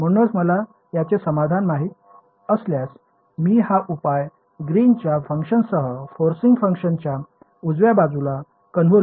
म्हणूनच मला याचे समाधान माहित असल्यास मी हा उपाय ग्रीन्स च्या फंक्शनसह फोर्सिन्ग फंक्शनच्या उजव्या बाजूचा कन्व्होल्यूशन बनतो